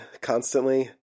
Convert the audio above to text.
constantly